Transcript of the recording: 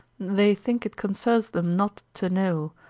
they think it concerns them not to know,